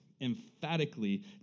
emphatically